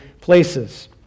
places